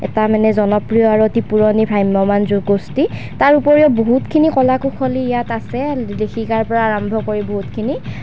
এটা মানে জনপ্ৰিয় আৰু অতি পুৰণি ভ্ৰাম্যমান গোষ্ঠী তাৰ উপৰিও বহুতখিনি কলা কুশলী ইয়াত আছে লেখিকাৰ পৰা আৰম্ভ কৰি বহুতখিনি